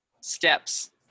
steps